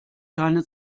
keine